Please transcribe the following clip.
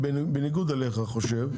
בניגוד אליך,